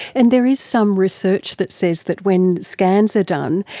and there is some research that says that when scans ah done,